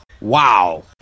Wow